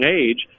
age